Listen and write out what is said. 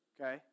Okay